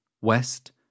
west